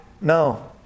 No